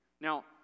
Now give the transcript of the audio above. now